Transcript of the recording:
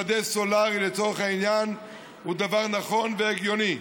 שדה סולרי לצורך העניין הוא דבר נכון והגיוני.